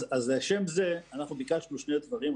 אז לשם זה אנחנו ביקשנו שני דברים,